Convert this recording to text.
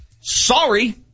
Sorry